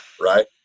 right